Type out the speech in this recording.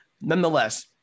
Nonetheless